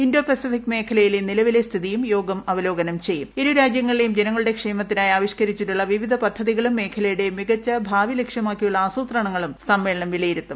Indo Pacific മേഖ്ലൂർയിലെ നിലവിലെ സ്ഥിതിയും യോഗം അവലോകനം ക്ഷേമത്തിനായി ആവിഷ്ക്കരിച്ചിട്ടുള്ള വിവിധ പദ്ധതികളും മേഖലയുടെ മികച്ച ഭാവി ലക്ഷ്യമാക്കിയുള്ള ആസൂത്രണങ്ങളും സമ്മേളനം വിലയിരുത്തും